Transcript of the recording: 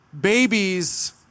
babies